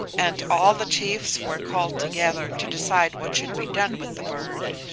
and all the chiefs were called together to decide what should be done with the bird.